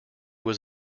was